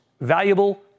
valuable